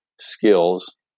skills